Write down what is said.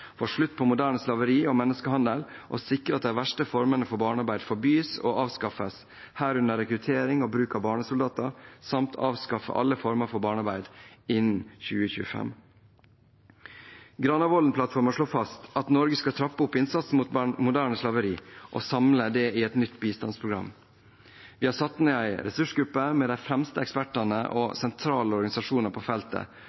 få slutt på moderne slaveri og menneskehandel og sikre at de verste formene for barnearbeid forbys og avskaffes, herunder rekruttering og bruk av barnesoldater, samt avskaffe alle former for barnearbeid innen 2025». Granavolden-plattformen slår fast at Norge skal trappe opp innsatsen mot moderne slaveri og samle dette i et nytt bistandsprogram. Vi har satt ned en ressursgruppe med de fremste ekspertene